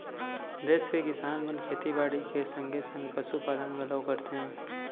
देस के किसान मन खेती बाड़ी के संगे संग पसु पालन घलौ करथे